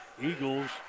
Eagles